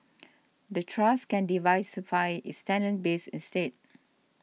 the trust can diversify its tenant base instead